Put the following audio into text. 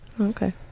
Okay